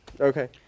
Okay